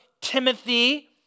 Timothy